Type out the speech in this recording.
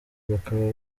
bakaba